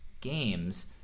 games